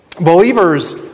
Believers